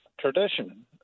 tradition